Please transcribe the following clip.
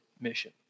mission